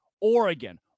Oregon